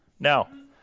Now